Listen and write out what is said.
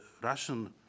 Russian